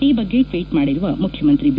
ಈ ಬಗ್ಗೆ ಟ್ವೀಟ್ ಮಾಡಿರುವ ಮುಖ್ಯಮಂತ್ರಿ ಬಿ